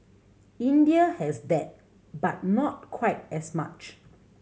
India has that but not quite as much